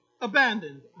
abandoned